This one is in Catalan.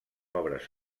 obres